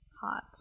hot